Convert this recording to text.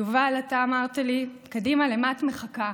יובל, אתה אמרת לי: קדימה, למה את מחכה?